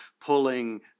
pulling